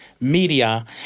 media